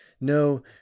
no